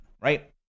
right